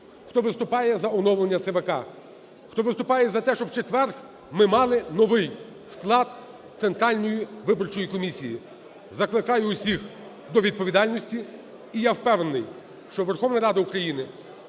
хто виступає за оновлення ЦВК, хто виступає за те, щоб у четвер ми мали новий склад Центральної виборчої комісії. Закликаю всіх до відповідальності, і я впевнений, що Верховна Рада України